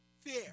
fear